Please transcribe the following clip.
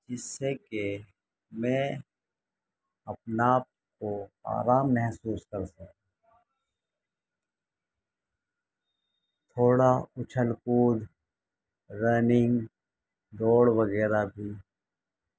جس سے کہ میں اپنا آپ کو آرام محسوس کر سکے تھوڑا اچھل کود رننگ دوڑ وغیرہ بھی